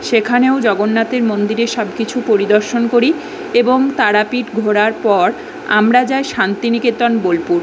সেখানেও জগন্নাথের মন্দিরের সব কিছু পরিদর্শন করি এবং তারাপীঠ ঘোরার পর আমরা যাই শান্তিনিকেতন বোলপুর